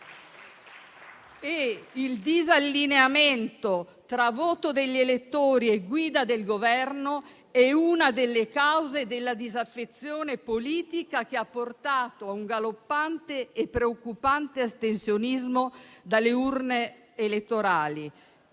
e il disallineamento tra voto degli elettori e guida del Governo è una delle cause della disaffezione politica che ha portato a un galoppante e preoccupante astensionismo dalle urne elettorali.